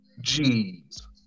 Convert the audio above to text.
G's